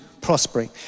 prospering